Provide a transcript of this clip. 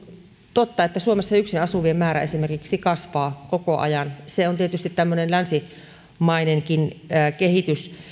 totta että suomessa esimerkiksi yksin asuvien määrä kasvaa koko ajan se on tietysti tämmöinen länsimainenkin kehitys